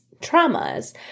traumas